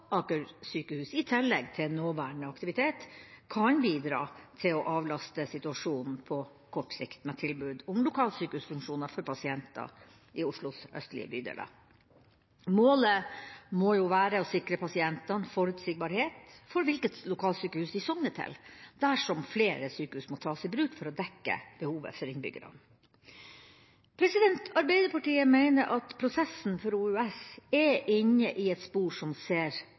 Aker sykehus, i tillegg til nåværende aktivitet, kan bidra til å avlaste situasjonen på kort sikt med tilbud om lokalsykehusfunksjoner for pasienter i Oslos østlige bydeler. Målet må være å sikre pasientene forutsigbarhet for hvilket lokalsykehus de sogner til, dersom flere sykehus må tas i bruk for å dekke behovet for innbyggerne. Arbeiderpartiet mener at prosessen for OUS er inne i et spor som ser